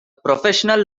professional